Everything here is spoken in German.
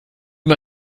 man